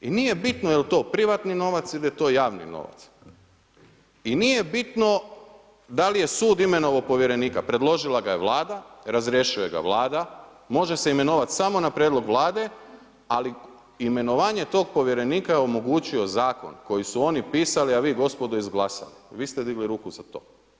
I nije bitno jeli to privatni novac ili je to javni novac i nije bitno da li je sud imenovao povjerenika, predložila ga je Vlada, razrješuje ga Vlada, može se imenovat samo na prijedlog Vlade, ali imenovanje tog povjerenika je omogućio zakon koji su oni pisali, a vi gospodo izglasali, vi ste digli ruku za to.